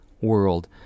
world